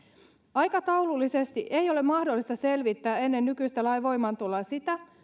aikataulullisesti ei ole mahdollista selvittää ennen nykyistä lain voimaantuloa sitä